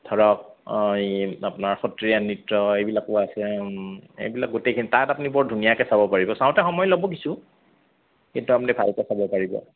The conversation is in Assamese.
ধৰক এই আপোনাৰ সত্ৰীয়া নৃত্য এইবিলাকো আছে এইবিলাক গোটেইখিনি তাত আপুনি বৰ ধুনীয়াকৈ চাব পাৰিব চাওঁতে সময় ল'ব কিছু কিন্তু আপুনি ভালকৈ চাব পাৰিব